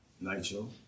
Nigel